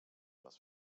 les